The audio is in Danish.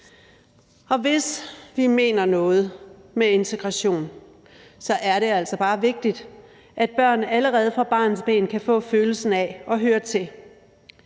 Hvis vi mener noget med integration, er det altså bare vigtigt, at børn allerede fra barnsben af kan få følelsen af at høre til.